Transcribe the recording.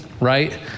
right